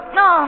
no